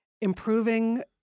improving